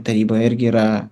taryboje irgi yra